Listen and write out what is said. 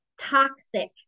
toxic